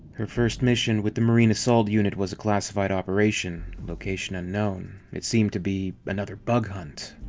her first mission with the marine assault unit was a classified operation, location unknown, it seemed to be another bug hunt.